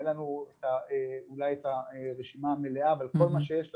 אין לנו אולי את הרשימה המלאה, אבל כמה שיש לנו,